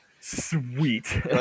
sweet